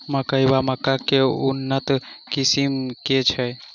मकई वा मक्का केँ उन्नत किसिम केँ छैय?